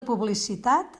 publicitat